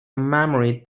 memory